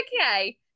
okay